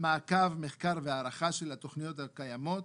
מעקב, מחקר והערכה של התוכניות הקיימות.